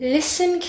Listen